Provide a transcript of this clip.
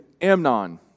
Amnon